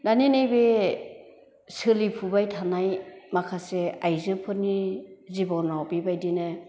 दानि नैबे सोलिफुबाय थानाय माखासे आजोफोरनि जिब'नाव बेबायदिनो